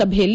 ಸಭೆಯಲ್ಲಿ